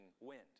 wind